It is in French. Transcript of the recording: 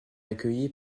accueillie